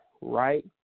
right